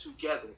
together